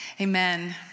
amen